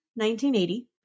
1980